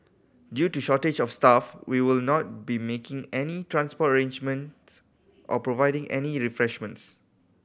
due to shortage of staff we will not be making any transport arrangement or providing any refreshments